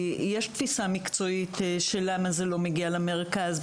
כי יש תפיסה מקצועית למה זה לא מגיע למרכז,